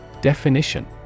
Definition